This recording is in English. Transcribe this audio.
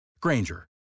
Granger